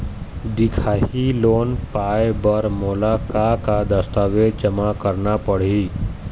दिखाही लोन पाए बर मोला का का दस्तावेज जमा करना पड़ही?